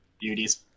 beauties